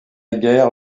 guerre